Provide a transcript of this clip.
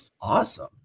awesome